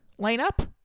lineup